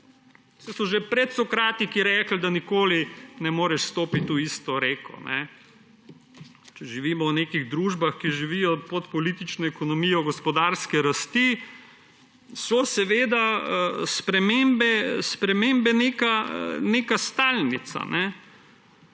Saj so že predsokratiki rekli, da nikoli ne moreš stopiti v isto reko. Če živimo v nekih družbah, ki živijo pod politično ekonomijo gospodarske rasti, so seveda spremembe neka stalnica.